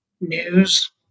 news